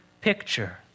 picture